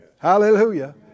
Hallelujah